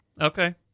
Okay